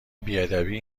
بیادبی